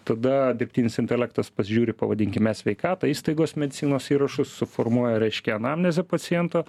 tada dirbtinis intelektas pasižiūri pavadinkim e sveikatą įstaigos medicinos įrašus suformuoja reiškia anamnezę paciento